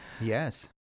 Yes